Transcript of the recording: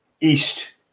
East